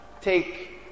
take